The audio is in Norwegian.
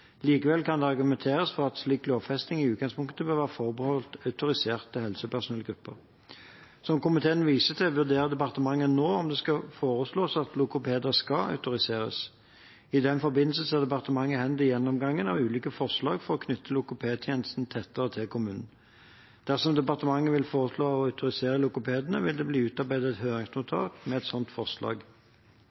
Likevel kan det argumenteres for at slik lovfesting i utgangspunktet bør være forbeholdt autoriserte helsepersonellgrupper. Som komiteen viser til, vurderer departementet nå om det skal foreslås at logopeder skal autoriseres. I den forbindelse ser departementet hen til gjennomgangen av ulike forslag for å knytte logopedtjenestene tettere til kommunen. Dersom departementet vil foreslå å autorisere logopedene, vil det bli utarbeidet et høringsnotat med et sånt forslag.